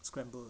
scrambled